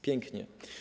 Pięknie.